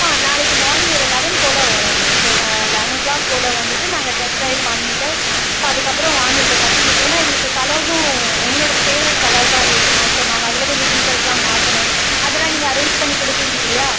ஆ நாளைக்கு மார்னிங் ஒரு லெவன் போல வரறோங்க ஸோ ல லெவன் ஓ கிளாக் போல வந்துட்டு நாங்கள் டெஸ்ட் ட்ரைவ் பண்ணிட்டு அதுக்கப்புறம் வாங்கறதை பற்றி ஏனால் எங்களுக்கு கலர்ஸும் எங்களோடய ஃபேவரெட் கலர்ஸாக இருக்கணும் ஸோ நாங்கள் அதில் கொஞ்சம் ஃபீச்சர்ஸ்லாம் மாற்றணும் அதெல்லாம் நீங்கள் அரேஞ்ச் பண்ணிக் கொடுப்பீங்க இல்லையா